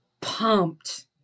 pumped